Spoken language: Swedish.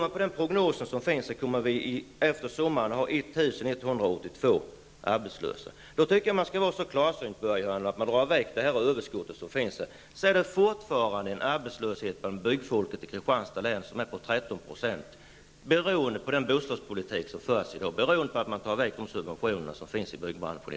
Enligt de prognoser som finns kommer vi efter sommaren att ha 1 182 arbetslösa. Jag tycker då, Börje Hörnlund, att man skall vara så klarsynt att man ser att arbetslösheten bland byggfolket i Kristianstads län ligger på 13 % även om man drar bort det överskott som finns, och detta beror på den bostadspolitik som förs i dag och på att man tar bort de subventioner som i dag finns inom byggbranschen.